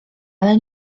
ale